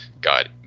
got